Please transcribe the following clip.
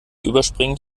überspringt